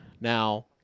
now